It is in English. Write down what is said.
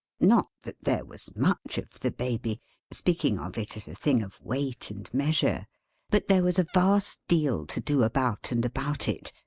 not that there was much of the baby speaking of it as a thing of weight and measure but there was a vast deal to do about and about it,